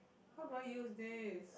how do I use this